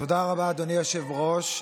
תודה רבה, אדוני היושב-ראש.